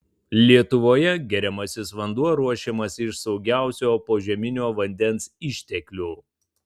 lietuvoje geriamasis vanduo ruošiamas iš saugiausio požeminio vandens išteklių